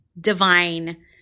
divine